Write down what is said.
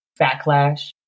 backlash